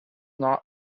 not